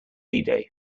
bidet